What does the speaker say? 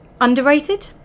underrated